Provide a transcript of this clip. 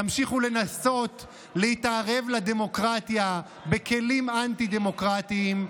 תמשיכו לנסות להתערב לדמוקרטיה בכלים אנטי-דמוקרטיים,